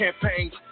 campaigns